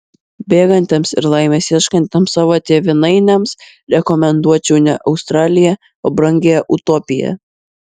bėgantiems ir laimės ieškantiems savo tėvynainiams rekomenduočiau ne australiją o brangią utopiją